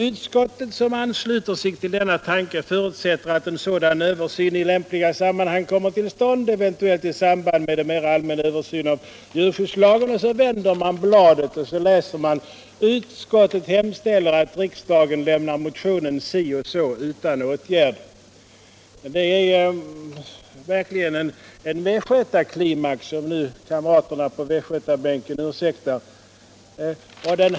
Utskottet, som ansluter sig till denna tanke, förutsätter att en sådan översyn i lämpligt sammanhang kommer till — Aga av djur stånd, eventuellt i samband med en mera allmän översyn av djurskyddslagstiftningen.” Sedan vänder man på bladet och läser att utskottet hemställer att riksdagen lämnar motionen utan åtgärd. Det är verkligen en västgötaklimax, om nu kamraterna på västgötabänken ursäktar uttrycket.